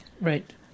Right